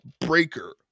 Breaker